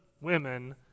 women